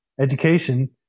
education